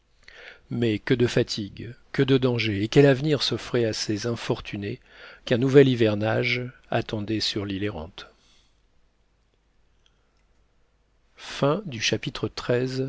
mais que de fatigues que de dangers et quel avenir s'offrait à ces infortunés qu'un nouvel hivernage attendait sur l'île errante